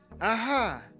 Aha